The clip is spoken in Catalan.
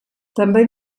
també